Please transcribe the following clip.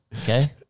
okay